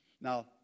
Now